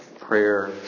prayer